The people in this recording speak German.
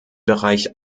bereich